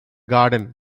garden